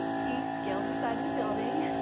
he scaled the side of the building.